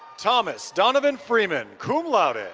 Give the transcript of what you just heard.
thomas donovan freeman, cum laude.